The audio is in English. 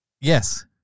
Yes